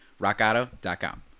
rockauto.com